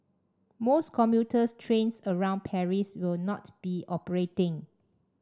most commuter trains around Paris will not be operating